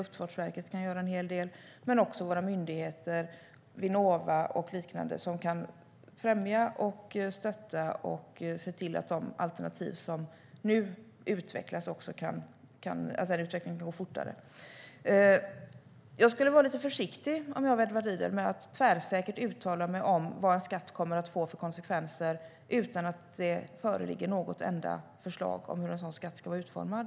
Luftfartsverket kan göra en hel del. Även våra myndigheter, till exempel Vinnova, kan främja och stötta och se till att utvecklingen kan gå fortare för de alternativ som nu finns. Om jag var Edward Riedl skulle jag vara lite försiktig med att tvärsäkert uttala mig om vad en skatt kommer att få för konsekvenser utan att det föreligger något enda förslag om hur en sådan skatt ska vara utformad.